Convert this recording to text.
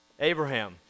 Abraham